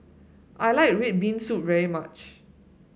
I like red bean soup very much